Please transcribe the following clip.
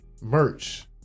merch